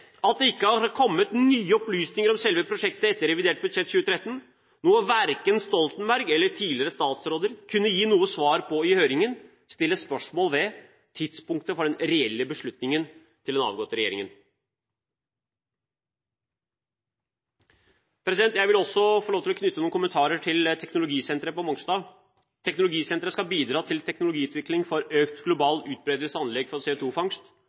at det ikke har kommet nye opplysninger om selve prosjektet etter revidert budsjett 2013 – noe verken Stoltenberg eller tidligere statsråder kunne gi noe svar på i høringen – stiller spørsmål ved tidspunktet for den reelle beslutningen til den avgåtte regjeringen. Jeg vil også få lov til å knytte noen kommentarer til teknologisenteret på Mongstad. Teknologisenteret skal bidra til teknologiutvikling for økt global utbredelse av anlegg for